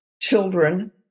children